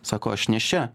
sako aš nėščia